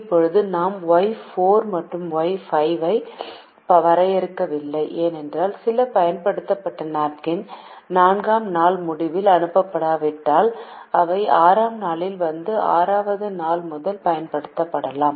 இப்போது நாம் Y4 மற்றும் Y5 ஐ வரையறுக்கவில்லை ஏனென்றால் சில பயன்படுத்தப்பட்ட நாப்கின்கள் 4 ஆம் நாள் முடிவில் அனுப்பப்பட்டால் அவை 6 ஆம் நாளில் வந்து 6 ஆம் நாள் முதல் பயன்படுத்தப்படலாம்